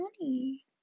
money